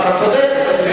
אתה צודק.